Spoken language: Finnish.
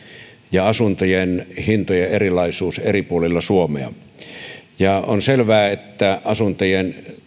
ja asuntojen hintojen erilaisuus eri puolilla suomea on selvää että asuntojen